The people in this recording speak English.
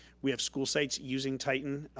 we have school sites using titan.